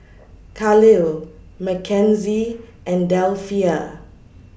Kahlil Mackenzie and Delphia